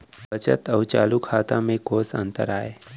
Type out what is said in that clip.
बचत अऊ चालू खाता में कोस अंतर आय?